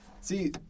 See